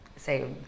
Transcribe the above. Say